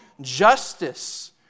justice